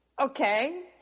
Okay